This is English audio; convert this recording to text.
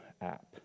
app